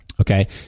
Okay